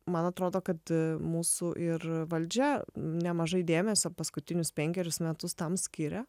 man atrodo kad mūsų ir valdžia nemažai dėmesio paskutinius penkerius metus tam skiria